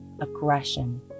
aggression